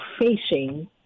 facing